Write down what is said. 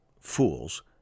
Fools